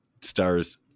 stars